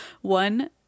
One